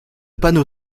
panneau